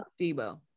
Debo